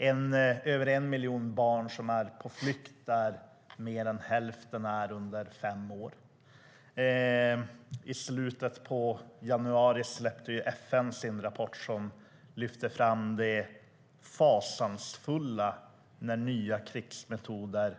Av över en miljon barn som är på flykt är mer än hälften under fem år. I slutet av januari släppte FN sin rapport som lyfter fram det fasansfulla med nya krigsmetoder